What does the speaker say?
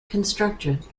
constructed